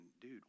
dude